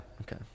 Okay